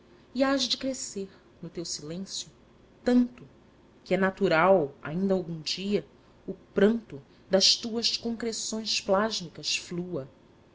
crua e hás de crescer no teu silêncio tanto que é natural ainda algum dia o pranto das tuas concreções plásmicas flua